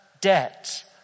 debt